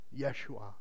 Yeshua